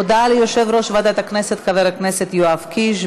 הודעה ליושב-ראש ועדת הכנסת חבר הכנסת יואב קיש.